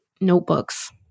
notebooks